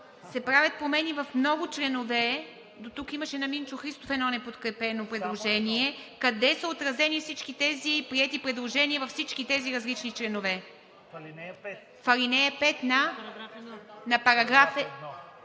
се правят промени в много членове – дотук имаше на Минчо Христов едно неподкрепено предложение, къде са отразени всички тези приети предложения във всички тези различни членове? ДОКЛАДЧИК ЛЮБОМИР